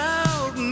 out